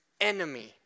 enemy